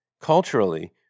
Culturally